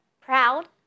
proud